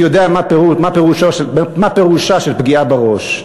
יודע מה פירושה של פגיעה בראש.